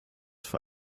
für